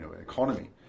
economy